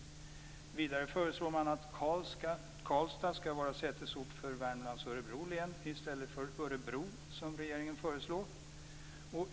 Vidare föreslår man att Karlstad skall vara sätesort för Värmlands och Örebro län i stället för Örebro som regeringen föreslår.